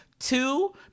Two